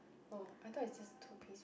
oh I thought it's just two piece one